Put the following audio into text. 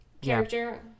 character